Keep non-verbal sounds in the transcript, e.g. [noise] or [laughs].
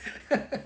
[laughs]